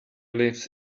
lives